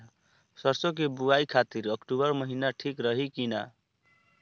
सरसों की बुवाई खाती अक्टूबर महीना ठीक रही की ना?